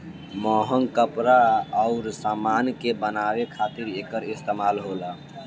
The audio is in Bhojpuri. महंग कपड़ा अउर समान के बनावे खातिर एकर इस्तमाल होला